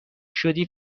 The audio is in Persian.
شدی